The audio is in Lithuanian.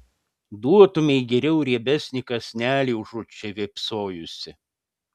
duotumei geriau riebesnį kąsnelį užuot čia vėpsojusi